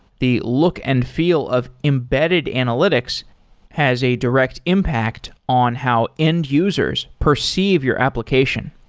the look and feel of embedded analytics has a direct impact on how end-users perceive your application.